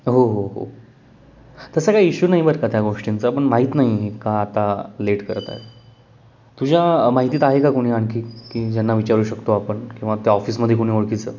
हो हो हो तसा काही इश्यू नाही बरं का त्या गोष्टींचा पण माहीत नाही आहे का आता लेट करत आहेत तुझ्या माहितीत आहे का कुणी आणखी की ज्यांना विचारू शकतो आपण किंवा त्या ऑफिसमध्ये कोणी ओळखीचं